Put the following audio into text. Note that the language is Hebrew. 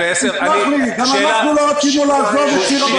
תסלח לי, גם אנחנו לא רצינו לעזוב את סיר הבשר.